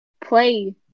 play